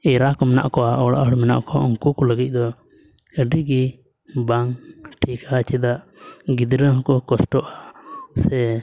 ᱮᱨᱟ ᱠᱚ ᱢᱮᱱᱟᱜ ᱠᱚᱣᱟ ᱚᱲᱟᱜ ᱦᱚᱲ ᱠᱚ ᱢᱮᱱᱟᱜ ᱠᱚᱣᱟ ᱩᱱᱠᱩ ᱠᱚ ᱞᱟᱹᱜᱤᱫ ᱫᱚ ᱟᱹᱰᱤ ᱜᱮ ᱵᱟᱝ ᱴᱷᱤᱠᱟ ᱪᱮᱫᱟᱜ ᱜᱤᱫᱽᱨᱟᱹ ᱦᱚᱸ ᱠᱚ ᱠᱚᱥᱴᱚᱜᱼᱟ ᱥᱮ